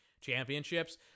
championships